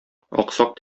аксак